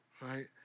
right